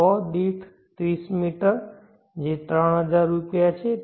100 દીઠ 30 મીટર જે 3000 રૂપિયા છે